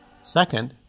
Second